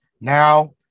Now